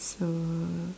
so